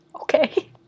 Okay